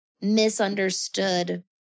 misunderstood